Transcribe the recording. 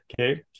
Okay